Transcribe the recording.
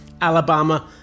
Alabama